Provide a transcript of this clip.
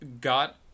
got